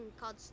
called